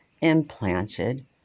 implanted